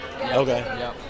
okay